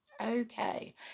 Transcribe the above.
okay